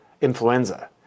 influenza